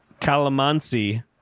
calamansi